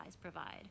provide